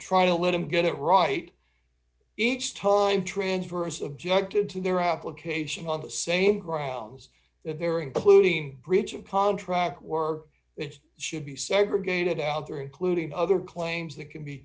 trial let him get it right each time transverse objected to their application on the same grounds that there including breach of contract work that should be segregated out there including other claims that can be